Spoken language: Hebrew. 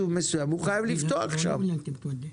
התושבים בישוב מסוים הוא חייב לפתוח שם סניף,